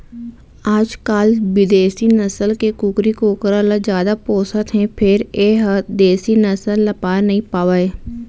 आजकाल बिदेसी नसल के कुकरी कुकरा ल जादा पोसत हें फेर ए ह देसी नसल ल पार नइ पावय